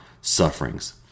sufferings